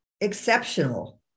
exceptional